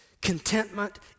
contentment